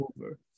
over